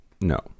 no